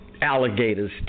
alligators